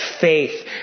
faith